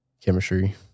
chemistry